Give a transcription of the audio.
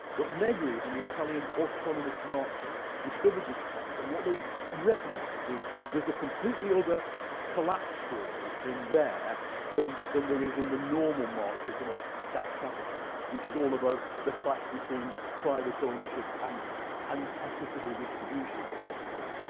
but negri and the italian autonomous marxists discovered this text. and what they recognized is there's a completely other collapsed story in there than there is in the normal marxism of das kapital, which is all about the clash between private ownership and and equitable distribution, effectively.